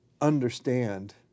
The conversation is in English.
understand